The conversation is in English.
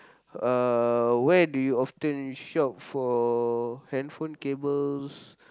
uh where do you often shop for handphone cables